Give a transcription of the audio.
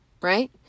right